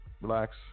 relax